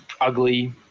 ugly